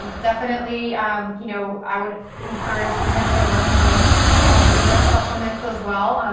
and definitely um you know i would encourage potentially working with adrenal supplements as well.